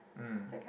mm